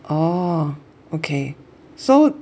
orh okay so